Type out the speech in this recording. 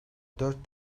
dört